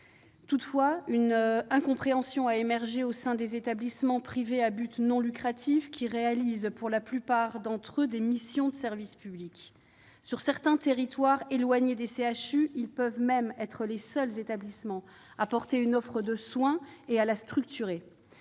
Toutefois, une incompréhension a émergé au sein des établissements privés à but non lucratif, qui assument pour la plupart des missions de service public. Sur certains territoires éloignés des CHU, ils peuvent même être les seuls établissements à proposer une offre de soins et à la structurer.